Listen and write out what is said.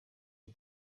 the